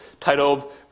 titled